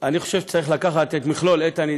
אני חושב שצריך לקחת את המכלול איתן,